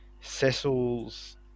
Cecil's